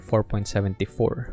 4.74